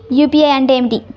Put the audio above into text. UPI అంటే ఏమిటి?